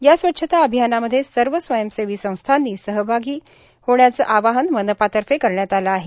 या स्वच्छता अभियानामध्ये सर्व स्वयंसेवी संस्थांनी सहभाग घेण्याचे आवाहन मनपातर्फे करण्यात आले आहे